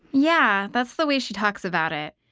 yeah. that's the way she talks about it.